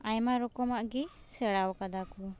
ᱟᱭᱢᱟ ᱨᱚᱠᱚᱢᱟᱜ ᱜᱮ ᱥᱮᱬᱟᱣ ᱠᱟᱫᱟ ᱠᱚ